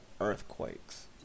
earthquakes